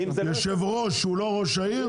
יושב ראש שהוא לא ראש העיר,